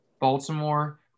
Baltimore